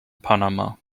panama